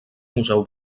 museu